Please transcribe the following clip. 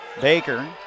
Baker